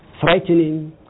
frightening